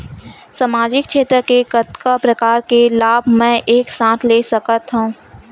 सामाजिक क्षेत्र के कतका प्रकार के लाभ मै एक साथ ले सकथव?